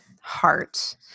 heart